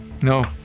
No